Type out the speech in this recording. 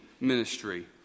ministry